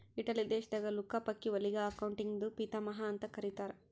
Italy ದೇಶದಾಗ್ Luca ಪಕಿಒಲಿಗ ಅಕೌಂಟಿಂಗ್ದು ಪಿತಾಮಹಾ ಅಂತ್ ಕರಿತ್ತಾರ್